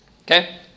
Okay